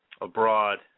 abroad